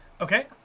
Okay